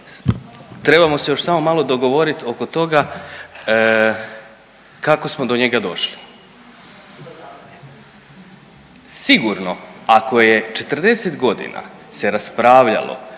trebamo se još samo malo dogovorit oko toga kako smo do njega došli. Sigurno ako je 40 godina se raspravljalo